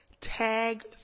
Tag